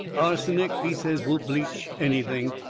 arsenic, he says, will bleach anything.